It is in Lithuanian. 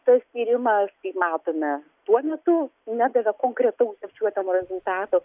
tas tyrimas kaip matome tuo metu nedavė konkretaus apčiuopiamo rezultato